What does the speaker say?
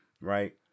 right